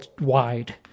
wide